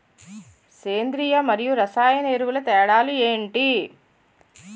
సేంద్రీయ మరియు రసాయన ఎరువుల తేడా లు ఏంటి?